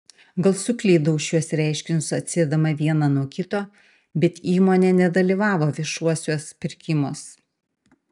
gal suklydau šiuos reiškinius atsiedama vieną nuo kito bet įmonė nedalyvavo viešuosiuos pirkimuos